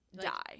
die